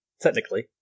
Technically